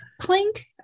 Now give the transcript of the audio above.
Clink